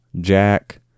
Jack